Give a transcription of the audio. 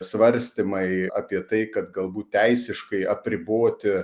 svarstymai apie tai kad galbūt teisiškai apriboti